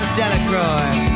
delacroix